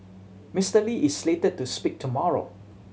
Mister Lee is slated to speak tomorrow